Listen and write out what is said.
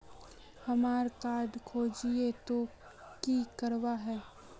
हमार कार्ड खोजेई तो की करवार है?